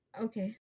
Okay